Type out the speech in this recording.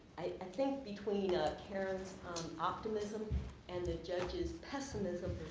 i think between karen's optimism and the judge's pessimism,